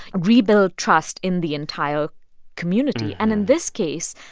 rebuild trust in the entire community. and in this case,